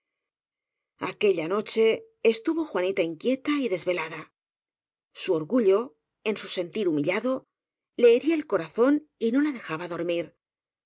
aquella noche estuvo juanita inquieta y desve lada su orgullo en su sentir humillado le hería el corazón y no la dejaba dormir